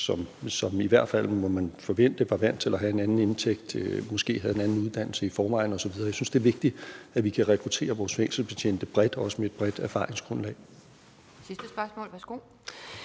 må i hvert fald forvente, at de er vant til at have en anden indtægt; måske havde de en anden uddannelse i forvejen osv. Jeg synes, det er vigtigt, at vi kan rekruttere vores fængselsbetjente bredt, også så de har et bredt erfaringsgrundlag.